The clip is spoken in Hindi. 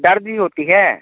दर्द भी होती है